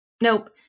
nope